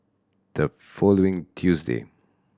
the following Tuesday